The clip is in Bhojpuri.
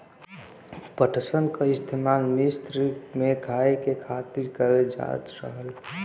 पटसन क इस्तेमाल मिस्र में खाए के खातिर करल जात रहल